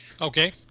Okay